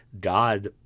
God